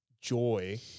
joy